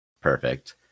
Perfect